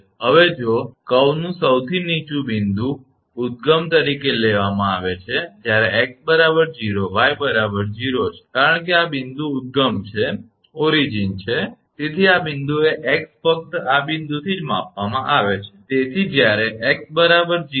હવે જો વળાંકનું સૌથી નીચું બિંદુ ઉદ્ગમ તરીકે લેવામાં આવે છે જ્યારે 𝑥 0 𝑦 0 છે કારણ કે આ બિંદુ ઉદ્ગમ છે તેથી આ બિંદુએ 𝑥 ફક્ત આ બિંદુથી જ માપવામાં આવે છે તેથી જ્યારે 𝑥 0 પછી 𝑦 0